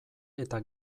eta